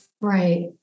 Right